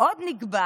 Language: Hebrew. עוד נקבע